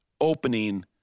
opening